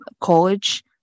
college